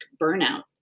burnout